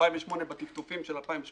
בטפטופים של 2008